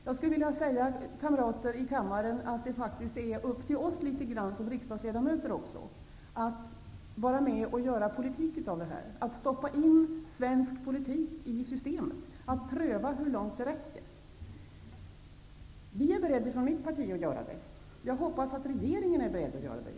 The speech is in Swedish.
Jag skulle vilja säga, kamrater i kammaren, att det faktiskt är litet grand upp till oss som riksdagsledamöter att vara med och göra politik av detta, att så att säga stoppa in svensk politik i systemet, att pröva hur långt det räcker. Från mitt parti är vi beredda att göra det. Jag hoppas att regeringen är beredd att göra det.